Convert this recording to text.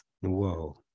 Whoa